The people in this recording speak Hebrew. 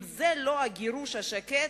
אם זה לא "הגירוש השקט",